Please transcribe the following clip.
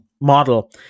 model